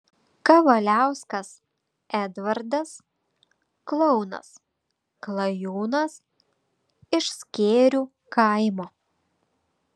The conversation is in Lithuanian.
kavaliauskas edvardas klounas klajūnas iš skėrių kaimo